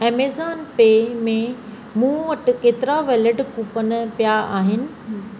Amazon pay में मूं वटि केतिरा वेलिड कूपन पिया आहिनि